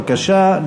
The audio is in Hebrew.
בבקשה.